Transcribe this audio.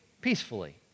peacefully